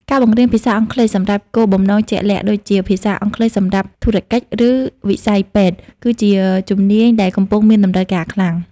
ការបង្រៀនភាសាអង់គ្លេសសម្រាប់គោលបំណងជាក់លាក់ ដូចជាភាសាអង់គ្លេសសម្រាប់ធុរកិច្ច ឬវិស័យពេទ្យ គឺជាជំនាញដែលកំពុងមានតម្រូវការខ្លាំង។